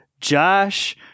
Josh